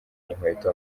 inkweto